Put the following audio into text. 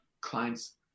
clients